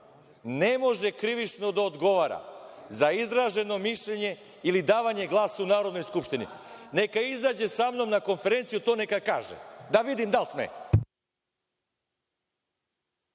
ne može krivično da odgovara za izraženo mišljenje ili davanje glasa u Narodnoj skupštini. Neka izađe sa mnom na konferenciju to neka kaže, da vidim da li sme.